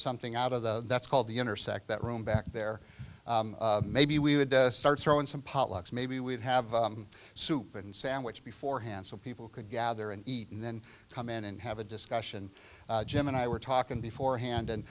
something out of the that's called the intersect that room back there maybe we would start throwing some pot lucks maybe we'd have a soup and sandwich beforehand so people could gather and eat and then come in and have a discussion jim and i were talking before hand and